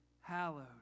hallowed